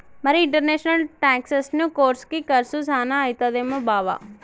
మరి ఇంటర్నేషనల్ టాక్సెసను కోర్సుకి కర్సు సాన అయితదేమో బావా